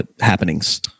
happenings